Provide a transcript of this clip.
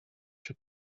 się